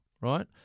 right